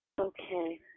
okay